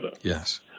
Yes